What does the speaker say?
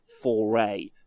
foray